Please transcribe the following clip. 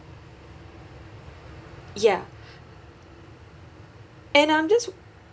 ya and I'm just